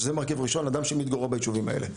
זה מרכיב ראשון, אדם המתגורר ביישובים האלה.